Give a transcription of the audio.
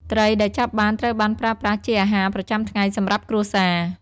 ត្រីដែលចាប់បានត្រូវបានប្រើប្រាស់ជាអាហារប្រចាំថ្ងៃសម្រាប់គ្រួសារ។